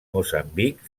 moçambic